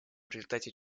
результате